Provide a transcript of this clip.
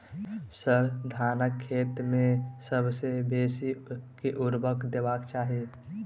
sir, धानक खेत मे सबसँ बेसी केँ ऊर्वरक देबाक चाहि